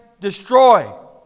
destroy